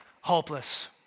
Hopeless